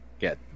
get